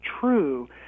true